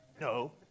No